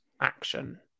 action